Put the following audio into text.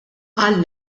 qal